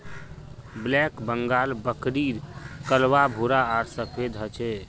black Bengal बकरीर कलवा भूरा आर सफेद ह छे